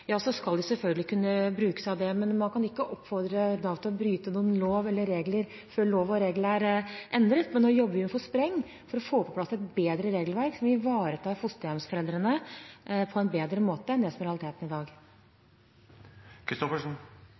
regler er endret. Men nå jobber vi på spreng for å få på plass et bedre regelverk som ivaretar fosterhjemsforeldrene på en bedre måte enn det som er realiteten i dag.